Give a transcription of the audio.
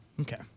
Okay